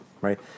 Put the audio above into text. right